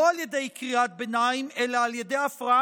לא על ידי קריאת ביניים אלא על ידי הפרעה